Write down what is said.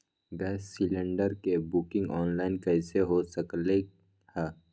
Gas cylinder के booking online कईसे हो सकलई ह?